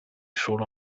solo